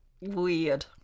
Weird